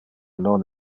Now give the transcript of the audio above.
non